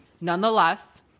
Nonetheless